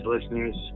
listeners